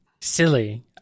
Silly